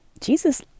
Jesus